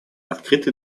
открыты